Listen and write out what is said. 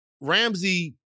Ramsey